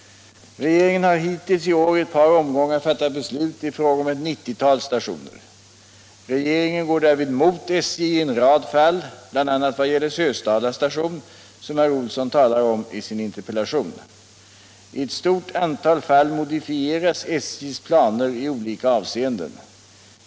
Regeringen har hittills i år i ett par omgångar fattat beslut i fråga om ett 90-tal stationer. Regeringen går därvid mot SJ i en rad fall, bl.a. vad gäller Sösdala station som herr Olsson talar om i sin interpellation. I ett stort antal fall modifieras SJ:s planer i olika avseenden.